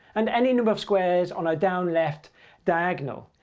and any number of squares on a down-left diagonal.